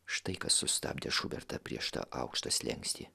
štai kas sustabdė šubertą prieš tą aukštą slenkstį